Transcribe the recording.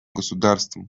государствам